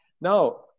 Now